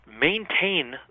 maintain